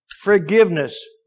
Forgiveness